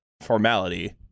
formality